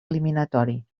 eliminatori